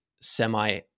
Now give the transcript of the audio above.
semi